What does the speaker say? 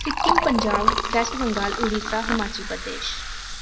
Sikkim Punjab west Bengal Odisha Himachal Pradesh